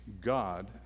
God